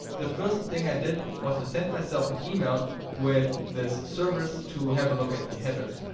the first thing i did was to send myself an email with this service to have a look at the headers.